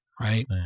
Right